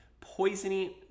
poisoning